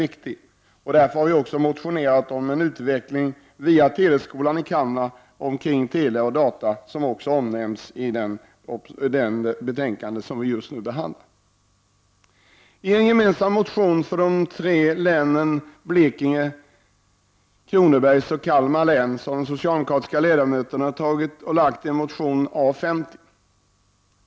Vi har därför också motionerat om en utveckling via teleskolan i Kalmar av tele och data, vilket också omnämns i det betänkande vi nu behandlar. De socialdemokratiska ledamöterna från de tre länen Kronobergs län, Blekinge län och Kalmar län har gemensamt väckt motionen A50.